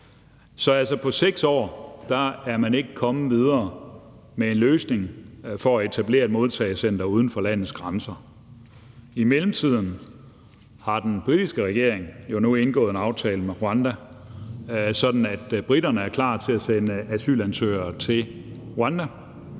Så altså, på 6 år er man ikke kommet videre med en løsning for at etablere et modtagecenter uden for landets grænser. I mellemtiden har den britiske regering jo nu indgået en aftale med Rwanda, sådan at briterne er klar til at sende asylansøgere til Rwanda.